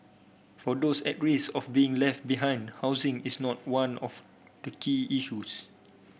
for those at risk of being left behind housing is not one of the key issues